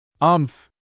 Umph